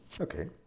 Okay